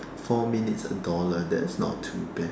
four minutes a dollar that's not too bad